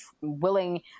willing